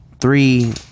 three